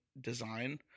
design